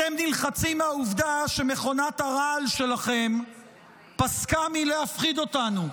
אתם נלחצים מהעובדה שמכונת הרעל שלכם פסקה מלהפחיד אותנו.